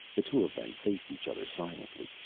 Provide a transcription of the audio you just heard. the two of them faced each other silently,